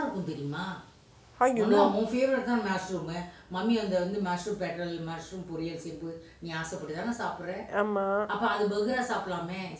how you know ஆமா:aama